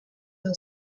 del